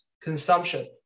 consumption